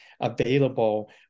available